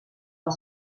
del